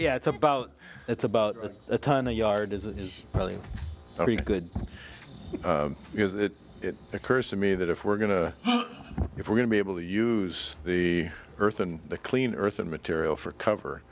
yeah it's about it's about a ton a yard as it is really good because it occurs to me that if we're going to if we're going to be able to use the earth and the clean earth and material for cover